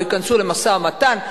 לא ייכנסו למשא-ומתן.